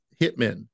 hitmen